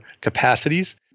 capacities